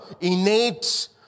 innate